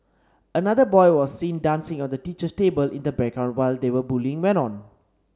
another boy was seen dancing on the teacher's table in the background while they were bullying went on